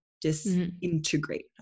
disintegrate